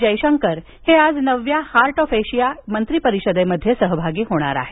जयशंकर हे आज नवव्या हार्ट ऑफ एशिया मंत्रीपरिषदेत सहभागी होणार आहेत